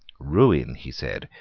ruin, he said,